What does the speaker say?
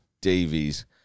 Davies